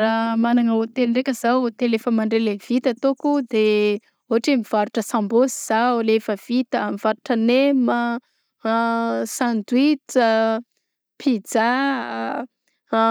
Raha magnana hôtely ndraika zaho hôtely le fa mandray le vita ataoko de ôtra hoe mivarotra sambôsa zaho le efa vita mivarotra nema an sandwich a, pizza a